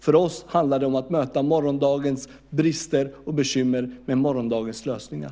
För oss handlar det om att möta morgondagens brister och bekymmer med morgondagens lösningar.